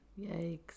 yikes